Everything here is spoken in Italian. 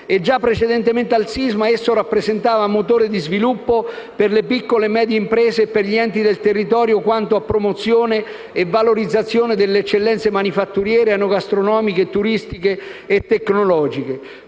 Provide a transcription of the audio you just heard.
Già precedentemente al sisma esso rappresentava un motore di sviluppo per le piccole medie imprese e per gli enti del territorio quanto a promozione e valorizzazione delle eccellenze manifatturiere, enogastronomiche, turistiche e tecnologiche.